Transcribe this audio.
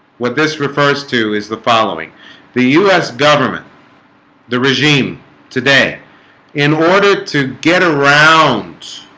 what this refers to is the following the us government the regime today in? order to get around